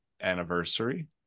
anniversary